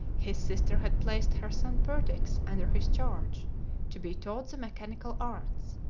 his sister had placed her son perdix under his charge to be taught the mechanical arts.